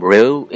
Real